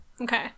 Okay